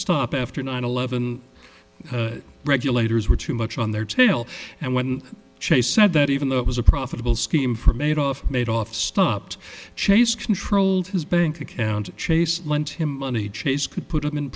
stop after nine eleven that regulators were too much on their tail and when chase said that even though it was a profitable scheme for made off made off stopped chase controlled his bank account chase lent him money chase could put him in